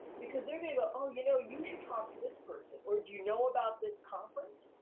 because they're gonna go, oh, you know, you should talk to this person, or do you know about this conference,